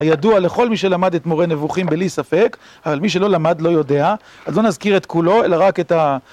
הידוע לכל מי שלמד את מורה נבוכים בלי ספק אבל מי שלא למד לא יודע אז לא נזכיר את כולו אלא רק את ה...